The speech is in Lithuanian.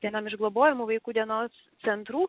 vienam iš globojamų vaikų dienos centrų